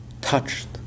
touched